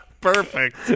Perfect